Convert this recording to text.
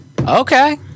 Okay